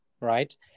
right